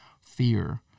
fear